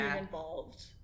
involved